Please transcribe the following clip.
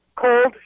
Cold